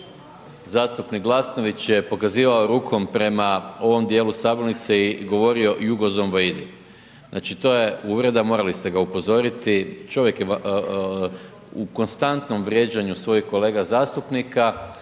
Zastupnik Glasnović je pokazivao rukom prema ovom dijelu sabornice i govorio jugozomboidi. Znači to je uvreda, morali ste ga upozoriti, čovjek je u konstantnom vrijeđanju svojih kolega a u biti